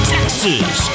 Texas